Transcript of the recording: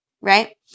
Right